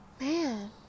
man